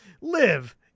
live